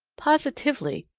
positively,